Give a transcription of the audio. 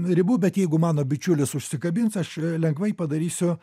ribų bet jeigu mano bičiulis užsikabins aš lengvai padarysiu